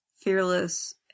fearless